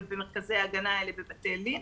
במרכזי ההגנה האלה בבתי לין.